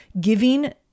Giving